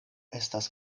estas